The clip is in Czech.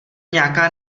nějaká